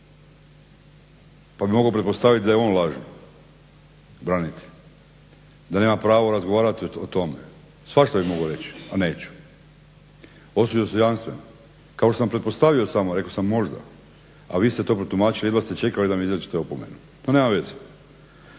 Pa bi mogao pretpostaviti da je on lažni brani branitelj, da nema pravo razgovarati o tome, svašta bi mogao reći, a neću, ostat ću dostojanstven. Kao što sam pretpostavio, rekao sam možda, a vi ste to protumačili, jedva ste čekali da mi izrečete opomenu, no nema veze.